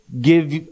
give